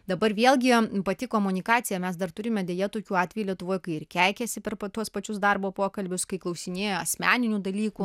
dabar vėlgi pati komunikacija mes dar turime deja tokių atvejų lietuvoj kai ir keikiasi per tuos pačius darbo pokalbius kai klausinėja asmeninių dalykų